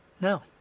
No